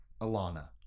alana